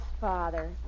Father